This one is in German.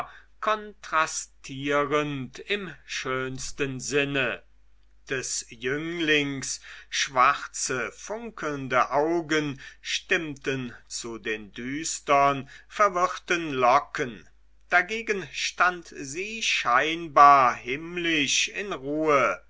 kontrastierend im schönsten sinne des jünglings schwarze funkelnde augen stimmten zu den düstern verwirrten locken dagegen stand sie scheinbar himmlisch in ruhe